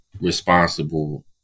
responsible